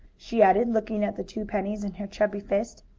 she added, looking at the two pennies in her chubby fist.